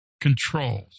controls